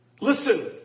Listen